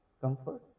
comfort